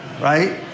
right